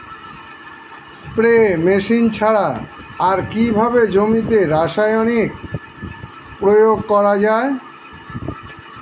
Spray machine ছাড়া আর কিভাবে জমিতে রাসায়নিক প্রয়োগ করা যায়?